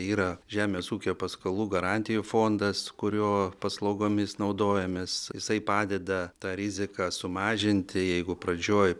yra žemės ūkio paskolų garantijų fondas kurio paslaugomis naudojamės jisai padeda tą riziką sumažinti jeigu pradžioj